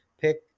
pick